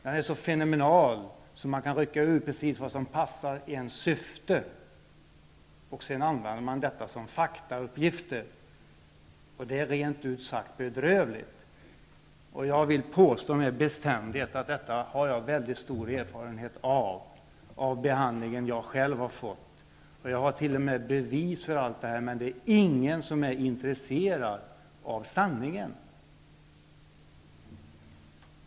Den är så fenomenal att man kan rycka ut precis det som passar ens syfte, och sedan använder man detta som faktauppgifter. Det är rent ut sagt bedrövligt. Jag vill med bestämdhet påstå att jag har mycket stor erfarenhet av detta, av den behandling jag själv har fått. Jag har t.o.m. bevis för allt det här, men det är ingen som är intresserad av sanningen.